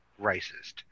racist